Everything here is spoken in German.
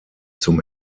zum